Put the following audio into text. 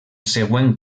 següent